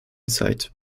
zeit